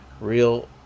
real